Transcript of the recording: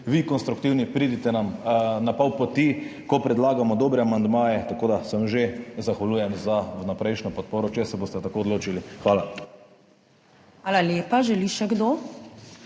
vi konstruktivni, pridite nam na pol poti, ko predlagamo dobre amandmaje, tako da se vam že zahvaljujem za vnaprejšnjo podporo, če se boste tako odločili. Hvala. **PREDSEDNICA MAG.